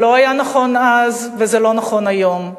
זה לא היה נכון אז וזה לא נכון היום.